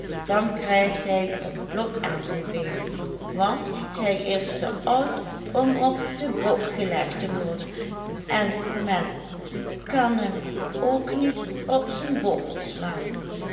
dan krijgt hij en blok aan zen been want hij is te oud om op de bok gelegd te worden en men kan em ook niet op zen bochel slaan